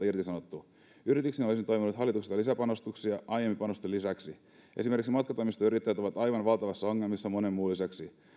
irtisanottu yrityksille olisin toivonut hallitukselta lisäpanostuksia aiempien panostusten lisäksi esimerkiksi matkatoimistoyrittäjät ovat aivan valtavissa ongelmissa monen muun lisäksi